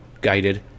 guided